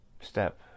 step